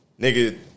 Nigga